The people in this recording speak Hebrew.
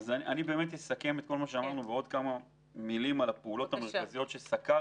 אני אסכם את מה שאמרנו ואוסיף עוד כמה מילים על הפעולות המרכזות שסקרתי.